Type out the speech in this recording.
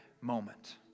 moment